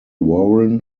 warren